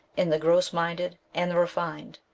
in the gross minded and the refined,